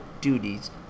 duties